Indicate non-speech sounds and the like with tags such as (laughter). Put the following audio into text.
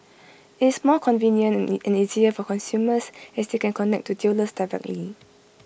it's more convenient (unintelligible) and easier for consumers as they can connect to dealers directly